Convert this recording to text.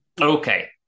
Okay